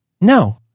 no